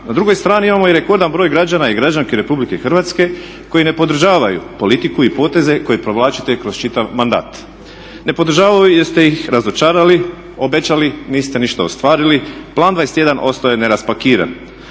Na drugoj strani imamo i rekordan broj građana i građanki Republike Hrvatske koji ne podržavaju politiku i poteze koji provlačite kroz čitav mandat. Ne podržavaju jer ste ih razočarali, obećali, niste ništa ostvarili. Plan 21 ostao je neraspakiran.